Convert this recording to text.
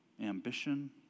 ambition